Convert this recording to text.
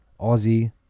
Aussie